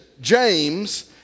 James